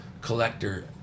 collector